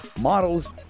models